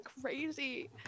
crazy